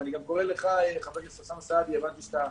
ואני קורא לך, חבר הכנסת אוסאמה סעדי הבנתי שאתה